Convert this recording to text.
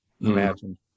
Imagine